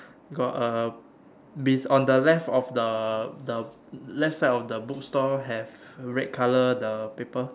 got a be~ on the left of the the left side of the book store have red colour the paper